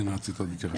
כן, רצית עוד התייחסות?